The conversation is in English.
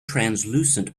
translucent